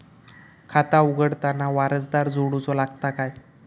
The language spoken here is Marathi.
खाता उघडताना वारसदार जोडूचो लागता काय?